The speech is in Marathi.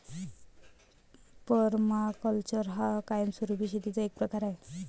पर्माकल्चर हा कायमस्वरूपी शेतीचा एक प्रकार आहे